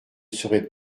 serait